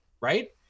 Right